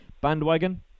bandwagon